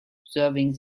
observing